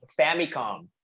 Famicom